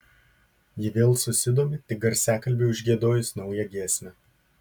ji vėl susidomi tik garsiakalbiui užgiedojus naują giesmę